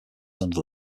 under